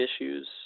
issues